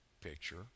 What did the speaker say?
picture